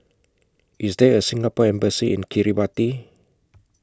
IS There A Singapore Embassy in Kiribati